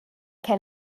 can